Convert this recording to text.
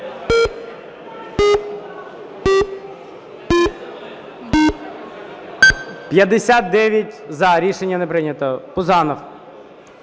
За-59 Рішення не прийнято. Пузанов.